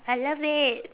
I love it